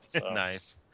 nice